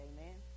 Amen